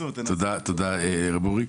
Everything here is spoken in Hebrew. תודה, ר' אורי.